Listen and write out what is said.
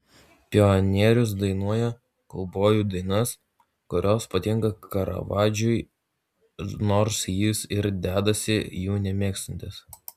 pionierius dainuoja kaubojų dainas kurios patinka karavadžui nors jis ir dedasi jų nemėgstantis